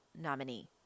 nominee